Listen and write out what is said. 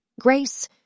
Grace